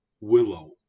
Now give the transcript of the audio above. Willow